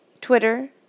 Twitter